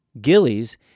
Gillies